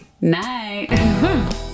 night